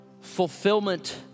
fulfillment